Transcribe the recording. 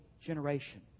generation